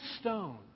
stone